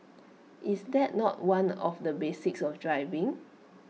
is that not one of the basics of driving